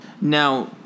Now